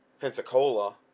pensacola